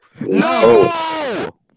No